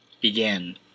began